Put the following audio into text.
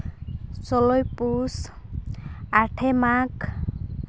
ᱥᱳᱞᱳᱭ ᱯᱩᱥ ᱟᱴᱮᱭ ᱢᱟᱜᱽ